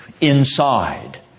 inside